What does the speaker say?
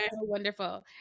Wonderful